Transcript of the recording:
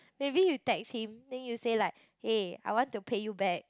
maybe you text him then you say like aye I want to pay you back